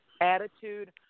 attitude